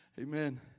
Amen